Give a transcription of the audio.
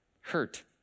hurt